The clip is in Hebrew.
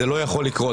זה לא יכול לקרות.